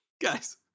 Guys